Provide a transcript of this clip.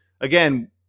again